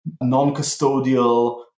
non-custodial